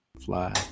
fly